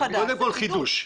קודם כל, זה חידוש.